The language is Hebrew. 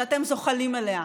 שאתם זוחלים אליה.